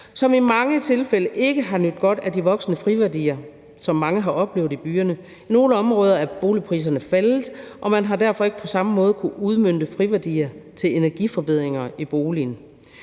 som i mange tilfælde ikke har nydt godt af de voksende friværdier, som mange i byerne har oplevet. I nogle områder af boligpriserne faldet, og man har derfor ikke på samme måde kunnet udmønte friværdier til energiforbedringer i boligen.